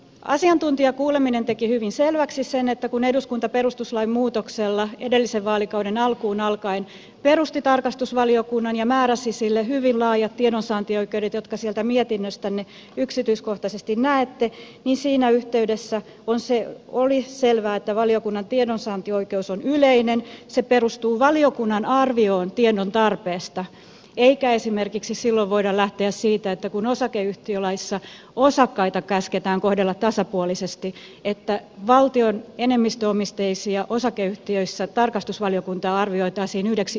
asiantuntijakuuleminen teki hyvin selväksi sen että kun eduskunta perustuslain muutoksella edellisen vaalikauden alkuun alkaen perusti tarkastusvaliokunnan ja määräsi sille hyvin laajat tiedonsaantioikeudet jotka sieltä mietinnöstämme yksityiskohtaisesti näette niin siinä yhteydessä oli selvää että valiokunnan tiedonsaantioikeus on yleinen se perustuu valiokunnan arvioon tiedon tarpeesta eikä esimerkiksi silloin voida lähteä siitä että kun osakeyhtiölaissa osakkaita käsketään kohdella tasapuolisesti niin valtion enemmistöomisteisissa osakeyhtiöissä tarkastusvaliokunta arvioitaisiin yhdeksi omistajaksi